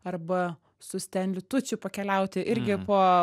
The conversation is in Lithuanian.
arba su stenliu tučiu pakeliauti irgi po